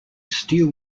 steel